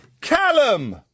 Callum